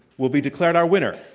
will be declared our winner.